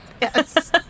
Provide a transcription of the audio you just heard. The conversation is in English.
Yes